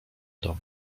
dom